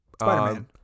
Spider-Man